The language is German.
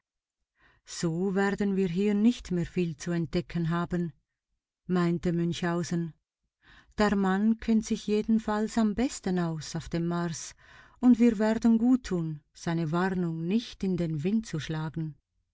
so werden wir hier nicht mehr viel zu entdecken haben meinte münchhausen der mann kennt sich jedenfalls am besten aus auf dem mars und wir werden gut tun seine warnung nicht in den wind zu schlagen